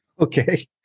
Okay